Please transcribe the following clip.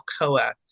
Alcoa